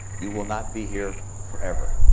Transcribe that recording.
you will not be here forever.